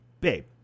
babe